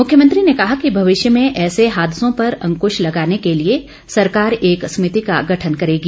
मुख्यमंत्री ने कहा कि भवध्यि में ऐसे हादसों पर अंकृश लगाने के लिए सरकार एक समिति का गठन करेगी